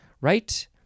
right